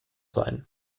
sein